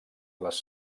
les